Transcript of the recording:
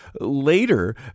Later